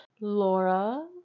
Laura